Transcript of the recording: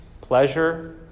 pleasure